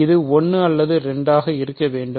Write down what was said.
இது 1 அல்லது 2 ஆக இருக்க வேண்டும்